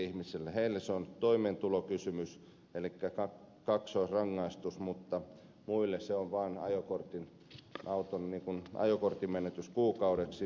heille se on toimeentulokysymys elikkä kaksoisrangaistus mutta muille se on vaan ajokortin menetys kuukaudeksi